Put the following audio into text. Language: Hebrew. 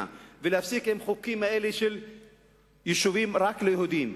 ולהפסיק עם החוקים האלה של יישובים רק ליהודים,